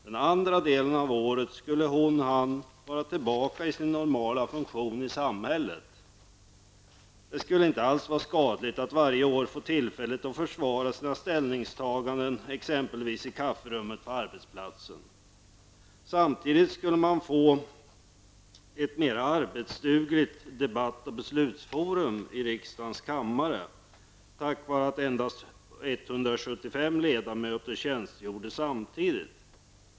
Den andra delen av året skulle hon/han vara tillbaka i sin normala funktion i samhället. Det skulle inte alls vara skadligt att varje år få tillfälle att försvara sina ställningstaganden i exempelvis i kafferummet på arbetsplatsen. Samtidigt skulle man få ett mera arbetsdugligt beslutsforum i riksdagens kammare tack vare att endast 175 ledamöter tjänstgjorde samtidigt.